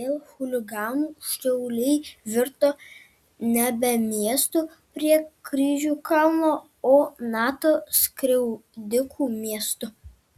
dėl chuliganų šiauliai virto nebe miestu prie kryžių kalno o nato skriaudikų miestu